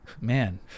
Man